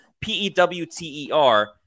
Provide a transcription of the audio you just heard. P-E-W-T-E-R